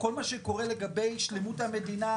כל מה שקורה לגבי שלמות המדינה,